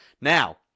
Now